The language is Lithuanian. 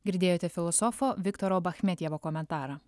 girdėjote filosofo viktoro bachmetjevo komentarą